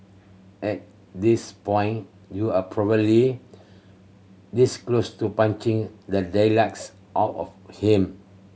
at this point you're probably this close to punching the daylights out of him